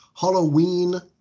Halloween